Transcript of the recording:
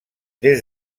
des